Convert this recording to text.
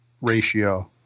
ratio